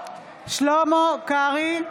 קרעי,